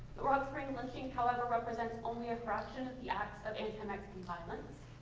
the rockspring lynching, however, represents only a fraction of the acts of anti-mexican violence.